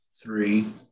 three